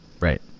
Right